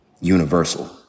universal